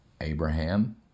Abraham